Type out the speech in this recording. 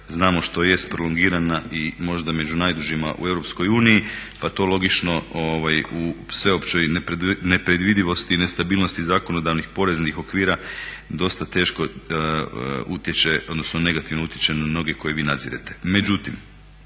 znamo što jest prolongirana i možda među najdužima u Europskoj uniji pa to logično u sveopćoj neprevidivosti i nestabilnosti zakonodavnih poreznih okvira dosta teško utječe, odnosno negativno utječe na mnoge koje vi nadzirete.